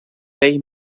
ley